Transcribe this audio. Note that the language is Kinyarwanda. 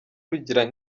rugira